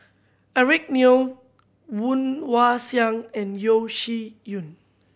Eric Neo Woon Wah Siang and Yeo Shih Yun